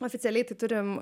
oficialiai tai turim